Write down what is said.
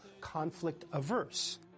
conflict-averse